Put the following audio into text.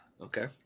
Okay